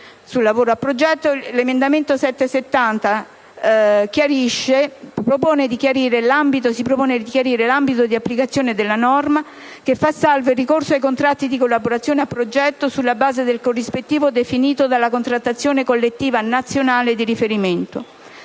Sul lavoro a progetto, l'emendamento 7.70 propone di chiarire l'ambito di applicazione della norma che fa salvo il ricorso ai contratti di collaborazione a progetto sulla base del corrispettivo definito dalla contrattazione collettiva nazionale di riferimento.